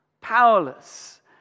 powerless